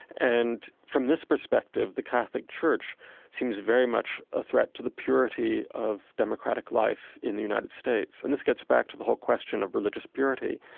and from this perspective, the catholic church seems very much a threat to the purity of democratic life in the united states. and this gets back to the whole question of religious purity.